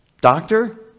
Doctor